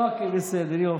אוקיי, בסדר, יופי.